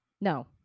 no